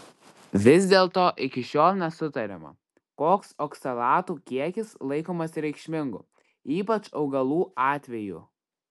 vis dėlto iki šiol nesutariama koks oksalatų kiekis laikomas reikšmingu ypač augalų atveju